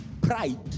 pride